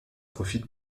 profite